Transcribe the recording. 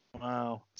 wow